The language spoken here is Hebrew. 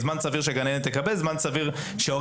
זמן סביר שהגננת תקבל,